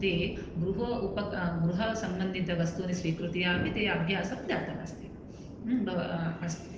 ते गृहो उपक गृह सम्बन्धितवस्तूनि स्वीकृत्यापि ते अभ्यासं दत्तमस्ति ब अस्तु